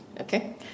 okay